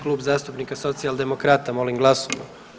Klub zastupnika Socijaldemokrata, molim glasujmo.